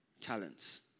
Talents